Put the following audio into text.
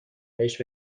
بهش